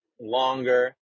longer